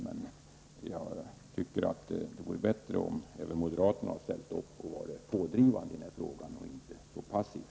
Men det vore bättre om även moderaterna ställde upp och var pådrivande i frågan och inte var så passiva.